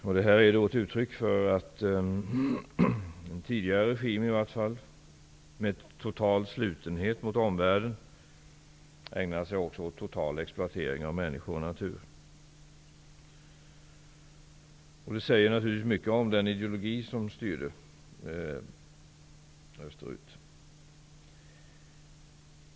Situationen är ett uttryck för att en tidigare regim med total slutenhet mot omvärlden också ägnat sig åt total exploatering av människor och natur. Det säger mycket om den ideologi som styrde österut.